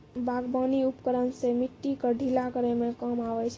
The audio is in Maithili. बागबानी उपकरन सें मिट्टी क ढीला करै म काम आबै छै